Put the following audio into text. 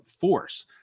force